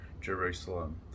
Jerusalem